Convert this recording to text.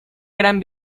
gran